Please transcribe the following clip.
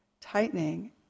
tightening